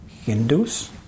Hindus